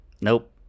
Nope